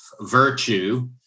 virtue